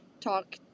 talk